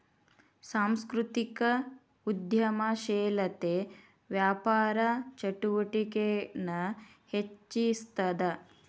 ಸಾಂಸ್ಕೃತಿಕ ಉದ್ಯಮಶೇಲತೆ ವ್ಯಾಪಾರ ಚಟುವಟಿಕೆನ ಹೆಚ್ಚಿಸ್ತದ